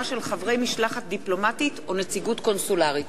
של חברי משלחת דיפלומטית או נציגות קונסולרית.